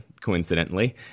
coincidentally